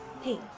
Hey